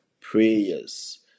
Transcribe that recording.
prayers